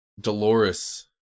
Dolores